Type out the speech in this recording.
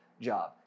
job